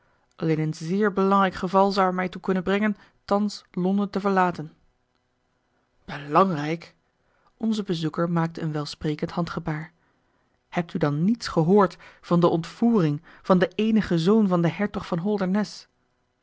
alleen een zeer belangrijk geval zou mij er toe kunnen brengen thans londen te verlaten belangrijk onze bezoeker maakte een welsprekend handgebaar hebt u dan niets gehoord van de ontvoering van den eenigen zoon van den hertog van